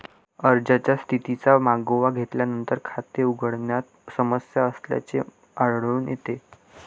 अर्जाच्या स्थितीचा मागोवा घेतल्यावर, खाते उघडण्यात समस्या असल्याचे आढळून येते